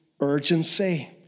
urgency